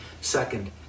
second